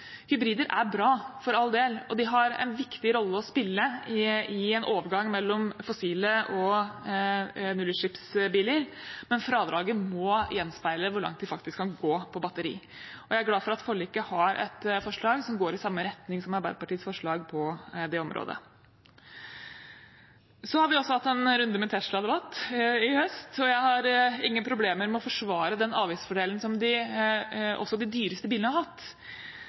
Hybrider er bra, for all del, og de har en viktig rolle å spille i en overgang mellom fossile biler og nullutslippsbiler, men fradraget må gjenspeile hvor langt de faktisk kan gå på batteri. Jeg er glad for at forliket har et forslag som går i samme retning som Arbeiderpartiets forslag på det området. Vi har også hatt en runde med Tesla-debatt i høst, og jeg har ingen problemer med å forsvare den avgiftsfordelen som også de dyreste bilene har hatt.